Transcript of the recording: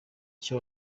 icyo